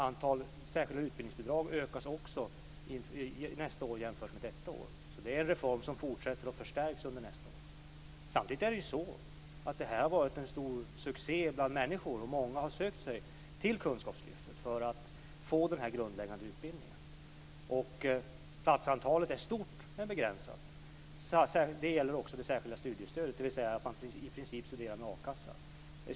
Antalet särskilda utbildningsbidrag ökas också nästa år jämfört med detta år. Det är alltså en reform som fortsätter och förstärks under nästa år. Samtidigt har det här varit en stor succé bland människor. Många har sökt sig till kunskapslyftet för att få denna grundläggande utbildning, och platsantalet är stort men begränsat. Det gäller också det särskilda studiestödet, dvs. att man i princip studerar med a-kassa.